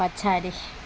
पछाडि